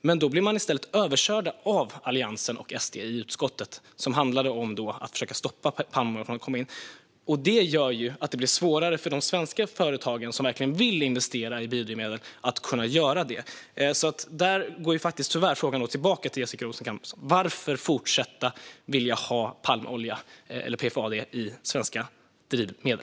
Men då blev man i stället överkörd av Alliansen och SD i utskottet. Det gör att det blir svårare för de svenska företagen som verkligen vill investera i biodrivmedel att kunna göra det. Frågan går tyvärr därför tillbaka till Jessica Rosencrantz: Varför fortsätta att vilja ha palmolja, PFAD, i svenska drivmedel?